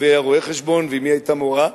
אבי היה רואה-חשבון ואמי היתה מורה,